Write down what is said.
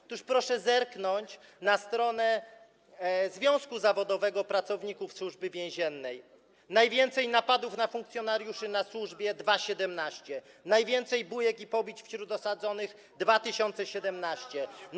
Otóż proszę zerknąć na stronę związku zawodowego pracowników Służby Więziennej: najwięcej napadów na funkcjonariuszy na służbie - 2017 r., najwięcej bójek i pobić wśród osadzonych - 2017 r.